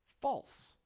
false